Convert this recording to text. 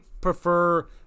prefer